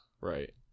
Right